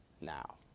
Now